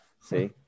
See